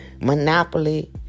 Monopoly